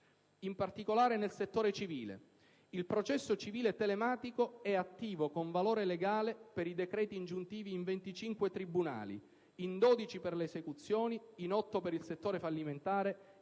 in particolare nel settore civile. Il processo civile telematico è attivo con valore legale per i decreti ingiuntivi in 25 tribunali, in 12 per le esecuzioni, in otto per il settore fallimentare ed in cinque anche